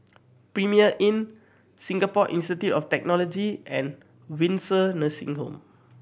Premier Inn Singapore Institute of Technology and Windsor Nursing Home